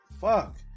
Fuck